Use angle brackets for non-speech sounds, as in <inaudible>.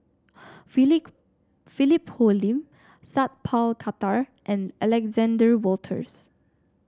<unintelligible> Philip Hoalim Sat Pal Khattar and Alexander Wolters